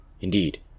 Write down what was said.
Indeed